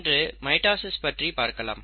இன்று மைட்டாசிஸ் பற்றி பார்க்கலாம்